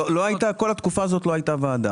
כל התקופה הזאת ועדה